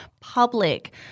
public